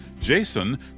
Jason